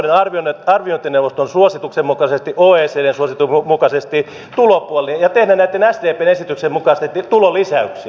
voitteko talouden arviointineuvoston suosituksen mukaisesti ja oecdn suosituksen mukaisesti ottaa käyttöön tulopuolen ja tehdä näitten sdpn esitysten mukaisesti tulolisäyksiä